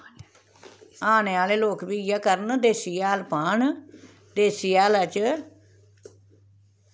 आने आह्ले लोग बी इ'यै करन देसी हैल पान देसी हैलै च